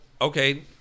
okay